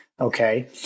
Okay